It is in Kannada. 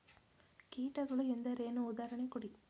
ಕೀಟಗಳು ಎಂದರೇನು? ಉದಾಹರಣೆ ಕೊಡಿ?